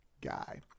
guy